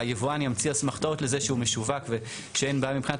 והיבואן ימציא אסמכתאות לזה שהוא משווק ושאין בעיה מבחינת